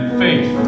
faith